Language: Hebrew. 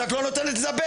אבל את לא נותנת לדבר.